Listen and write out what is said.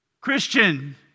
Christian